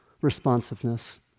responsiveness